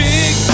Big